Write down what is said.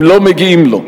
זה הכסף, הם לא מגיעים לו.